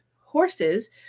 Horses